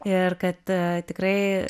ir kad tikrai